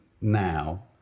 now